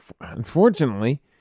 unfortunately